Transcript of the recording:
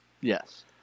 Yes